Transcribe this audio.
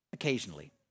occasionally